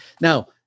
Now